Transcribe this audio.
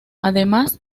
además